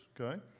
okay